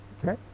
Okay